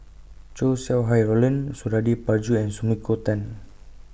Chow Sau Hai Roland Suradi Parjo and Sumiko Tan